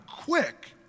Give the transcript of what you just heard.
quick